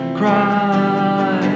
cry